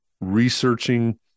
researching